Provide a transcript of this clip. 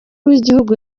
w’igihugu